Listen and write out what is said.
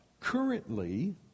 Currently